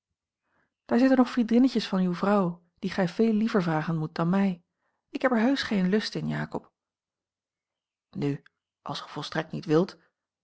daar zitten nog vriendinnetjes van uwe vrouw die gij veel liever vragen moet dan mij ik heb er heusch geen lust in jakob nu als ge volstrekt niet wilt